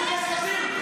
יש לכם פרטים.